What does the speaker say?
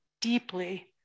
deeply